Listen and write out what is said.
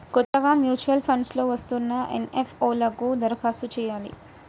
కొత్తగా mutual funds లో వస్తున్న ఎన్.ఎఫ్.ఓ లకు దరఖాస్తు చేయాలి